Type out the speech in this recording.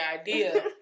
idea